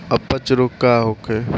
अपच रोग का होखे?